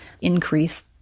increase